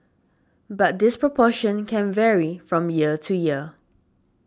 but this proportion can vary from year to year